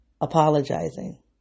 Apologizing